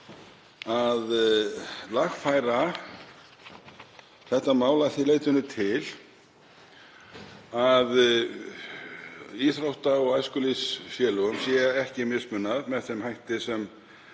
að lagfæra þetta mál að því leytinu til að íþrótta- og æskulýðsfélögum sé ekki mismunað með þeim hætti sem